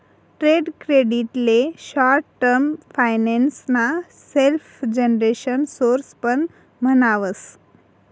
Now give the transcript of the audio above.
trade credit ले short term finance ना self generation source पण म्हणावस